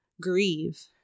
grieve